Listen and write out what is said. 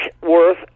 worth